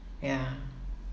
ya